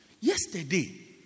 yesterday